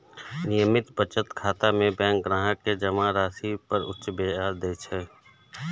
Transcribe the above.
नियमित बचत खाता मे बैंक ग्राहक कें जमा राशि पर उच्च ब्याज दै छै